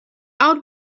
out